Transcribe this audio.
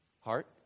heart